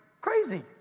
crazy